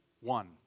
one